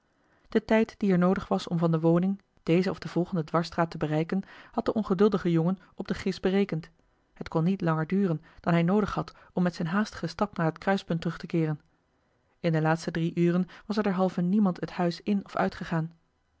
den tijd die er noodig was om van de woning deze of de volgende dwarsstraat te bereiken had de ongeduldige jongen op den gis berekend het kon niet langer duren dan hij noodig had om met zijn haastigen stap naar het kruispunt terug te keeren in de laatste drie uren was er derhalve niemand het huis in of uitgegaan